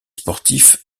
sportif